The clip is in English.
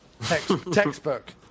Textbook